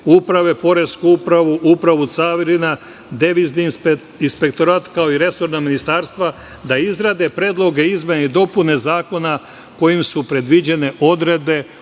uprave, poresku upravu, upravu carina, devizni inspektorat, kao i resorna ministarstva, da izrade predloge izmena i dopuna zakona kojim su predviđene odredbe